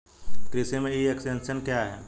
कृषि में e extension क्या है?